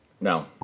No